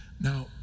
Now